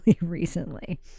recently